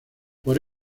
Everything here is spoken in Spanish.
por